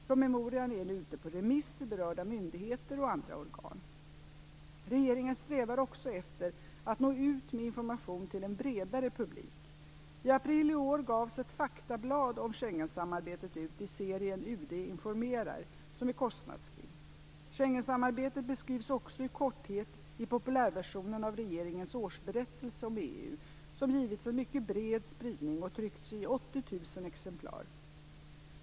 Promemorian är nu ute på remiss till berörda myndigheter och andra organ (DS Regeringen strävar också efter att nå ut med information till en bredare publik. I april i år gavs ett faktablad om Schengensamarbetet ut i serien UD informerar, som är kostnadsfri. Schengensamarbetet beskrivs också i korthet i populärversionen av regeringens årsberättelse om EU, som givits en mycket bred spridning och tryckts i 80 000 exemplar.